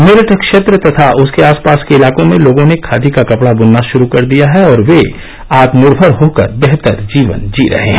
मेरठ क्षेत्र तथा उसके आसपास के इलाकों में लोगों ने खादी का कपडा बुनना शुरू कर दिया है और वे आत्मनिर्भर होकर बेहतर जीवन जी रहे हैं